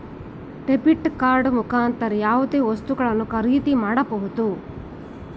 debit card ಮುಖಾಂತರ ಯಾವುದೇ ವಸ್ತುಗಳನ್ನು ಖರೀದಿ ಮಾಡಬಹುದು